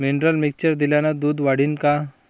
Mineral mixture दिल्यानं दूध वाढीनं का?